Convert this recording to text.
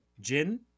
Jin